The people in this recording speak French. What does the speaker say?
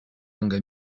longue